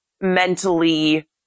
mentally